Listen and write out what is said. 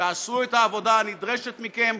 תעשו את העבודה הנדרשת מכם,